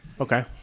Okay